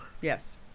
Yes